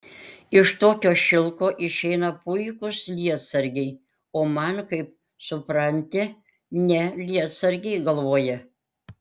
iš tokio šilko išeina puikūs lietsargiai o man kaip supranti ne lietsargiai galvoje